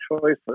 choices